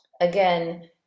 Again